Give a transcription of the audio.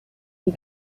die